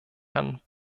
herrn